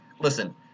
Listen